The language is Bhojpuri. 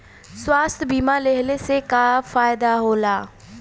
स्वास्थ्य बीमा लेहले से का फायदा होला?